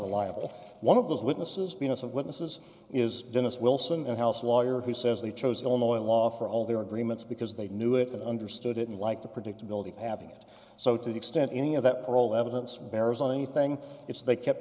reliable one of those witnesses because of witnesses is dennis wilson house lawyer who says they chose illinois law for all their agreements because they knew it understood it and like the predictability of having it so to the extent any of that parole evidence bears on anything if they kept